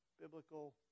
biblical